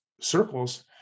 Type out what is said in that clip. circles